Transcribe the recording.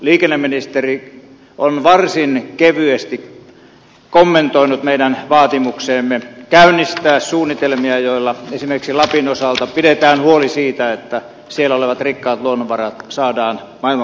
liikenneministeri on varsin kevyesti kommentoinut meidän vaatimustamme käynnistää suunnitelmia joilla esimerkiksi lapin osalta pidetään huoli siitä että siellä olevat rikkaat luonnonvarat saadaan maailmanmarkkinoille